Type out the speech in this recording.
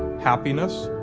happiness,